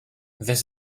this